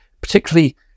particularly